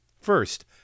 First